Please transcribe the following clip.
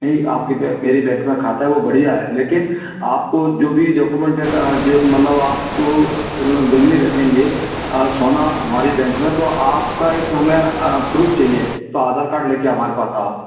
नहीं आपकी बैंक मेरी बैंक में खाता है वह बढ़िया है लेकिन आपको जो भी जोक्योमेंट देकर आ जब मानो आप गहनें रखेंगे सोना हमारी बैंक में तो आपका एक हमें प्रूफ चाहिए तो आधार कार्ड लेकर हमारे पास आओ